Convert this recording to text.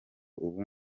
ubu